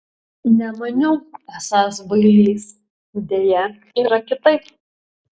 nemaniau esąs bailys deja yra kitaip